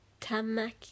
tamaki